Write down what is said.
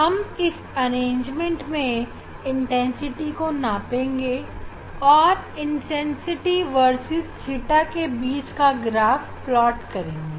हम इस अवस्था में तीव्रता को ना पाएंगे और I Vs के बीच का ग्राफ़ प्लाट करेंगे